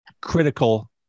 critical